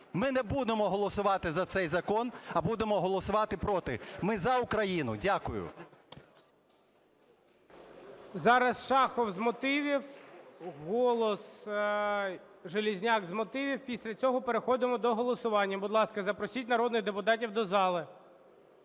Ми не будемо голосувати за цей закон, а будемо голосувати проти. Ми за Україну. Дякую. ГОЛОВУЮЧИЙ. Зараз Шахов – з мотивів. "Голос", Железняк – з мотивів, після цього переходимо до голосування. Будь ласка, запросіть народних депутатів до залу.